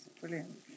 Brilliant